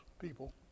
people